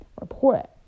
Report